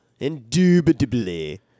Indubitably